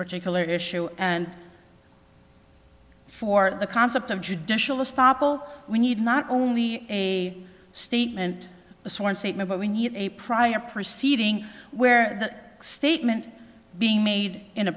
particular issue and for the concept of judicial stoppel we need not only a statement a sworn statement but we need a prior proceeding where the statement being made in a